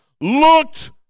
looked